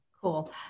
Cool